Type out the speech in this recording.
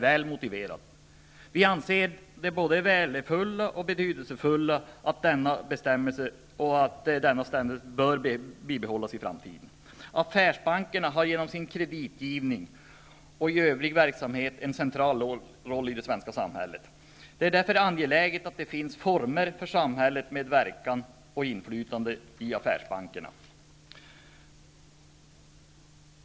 Vi anser det både värdefullt och betydelsefullt att denna bestämmelse bibehålles i framtiden. Affärsbankerna har genom sin kreditgivning och i övrig verksamhet en central roll i det svenska samhället. Det är därför angeläget att det finns former för samhällets medverkan och inflytande i affärsbankerna.